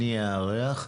אני אארח.